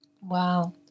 Wow